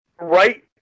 Right